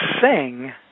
sing